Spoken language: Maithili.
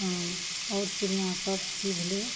हँ आओर चिड़िआँ सब कि भेलै